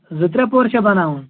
زٕ ترٛےٚ پور چھا بَناوُن